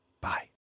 Bye